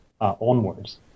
onwards